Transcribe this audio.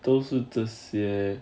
都是这些